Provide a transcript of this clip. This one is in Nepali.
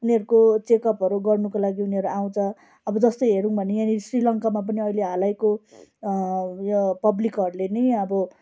उनीहरूको चेकअपहरू गर्नुको लागि उनीहरू आउँछ अब जस्तै हेऱ्यौँ भने यहाँनिर श्रीलङ्कामा पनि अहिले हालैको उयो पब्लिकहरूले नै अब